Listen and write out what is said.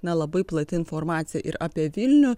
na labai plati informacija ir apie vilnių